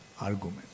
argument